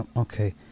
Okay